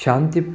शान्तिः